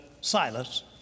Silas